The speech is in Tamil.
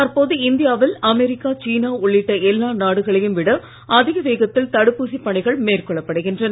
தற்போது இந்தியாவில் அமெரிக்கா சீனா உள்ளிட்ட எல்லா நாடுகளையும் விட அதிக வேகத்தில் தடுப்பூசிப் பணிகள் மேற்கொள்ளப்படுகின்றன